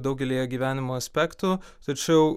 daugelyje gyvenimo aspektų tačiau